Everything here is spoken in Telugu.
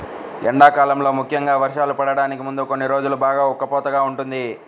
ఎండాకాలంలో ముఖ్యంగా వర్షాలు పడటానికి ముందు కొన్ని రోజులు బాగా ఉక్కపోతగా ఉంటుంది